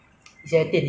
不然就 YouTube lor